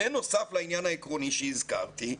בנוסף לעניין העקרוני שהזכרתי,